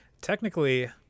technically